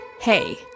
Hey